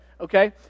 Okay